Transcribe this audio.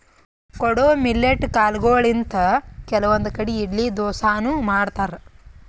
ಕೊಡೊ ಮಿಲ್ಲೆಟ್ ಕಾಲ್ಗೊಳಿಂತ್ ಕೆಲವಂದ್ ಕಡಿ ಇಡ್ಲಿ ದೋಸಾನು ಮಾಡ್ತಾರ್